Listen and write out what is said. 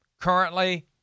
currently